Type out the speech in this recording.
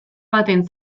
baten